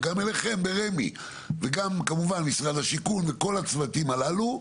וגם אליכם ברמ"י וגם כמובן משרד השיכון וכל הצוותים הללו.